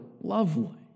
lovely